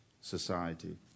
society